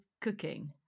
cooking